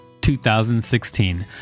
2016